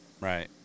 Right